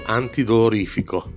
antidolorifico